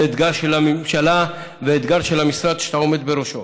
אתגר של הממשלה ואתגר של המשרד שאתה עומד בראשו.